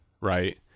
right